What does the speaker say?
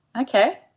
Okay